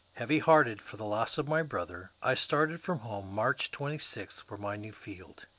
heavy-hearted for the loss of my brother, i started from home, march twenty six, for my new field.